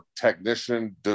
technician